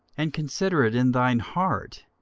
and consider it in thine heart,